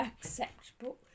acceptable